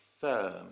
firm